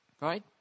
Right